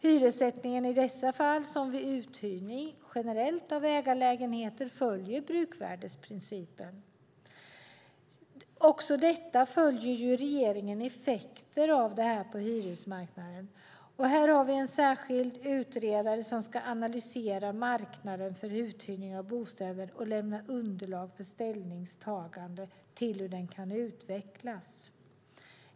Hyressättningen i dessa fall, som vid uthyrning generellt av ägarlägenheter, följer bruksvärdesprincipen. Givetvis följer regeringen vilka effekter detta har på hyresmarknaden. En särskild utredare ska analysera marknaden för uthyrning av bostäder och lämna underlag för ställningstaganden till hur den kan utvecklas.